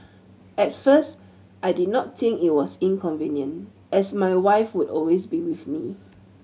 at first I did not think it was inconvenient as my wife would always be with me